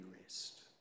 rest